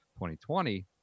2020